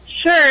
Sure